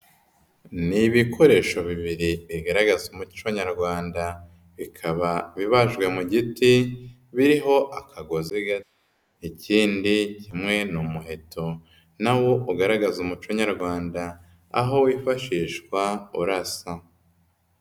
Ni ibikoresho bibiri bigaragaza umuco nyarwanda, bikaba bibajwe mu giti, biriho akagozi gato. Ikindi ni umuheto na wo ugaragaza umuco nyarwanda, aho wifashishwa urasa.